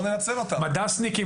הם יכולים להיות מד"סניקים.